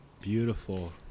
Beautiful